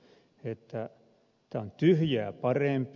tämä on tyhjää parempi